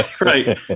Right